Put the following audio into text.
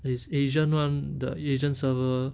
is asian [one] the asian server